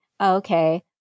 Okay